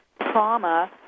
trauma